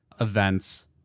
events